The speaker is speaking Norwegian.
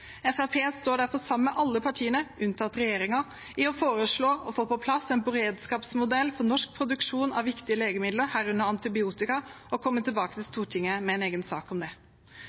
står derfor sammen med alle partiene, unntatt regjeringspartiene, i å foreslå å få på plass en beredskapsmodell for norsk produksjon av viktige legemidler, herunder antibiotika, og komme tilbake til Stortinget med en egen sak om det.